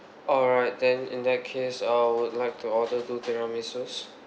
alright then in that case I would like to order two tiramisus